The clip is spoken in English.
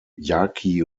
yaqui